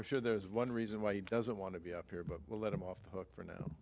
i'm sure there is one reason why he doesn't want to be up here but we'll let him off the hook for now